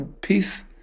peace